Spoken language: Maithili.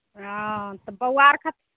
हॅं तऽ बौआ आर खात